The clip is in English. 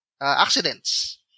accidents